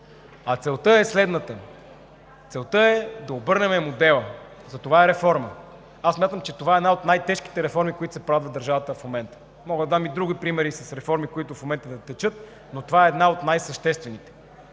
А целта е следната: да обърнем модела – затова е реформа. Смятам, че това е една от най-тежките реформи, които се правят в държавата в момента. Мога да дам и други примери с реформи, които в момента текат, но това е една от най-съществените